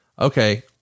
okay